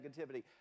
negativity